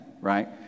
right